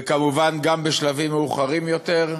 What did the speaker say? וכמובן, גם בשלבים מאוחרים יותר,